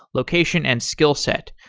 location, and skill set.